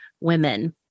women